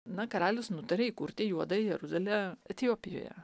na karalius nutarė įkurti juodąją jeruzalę etiopijoje